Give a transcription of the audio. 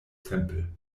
tempel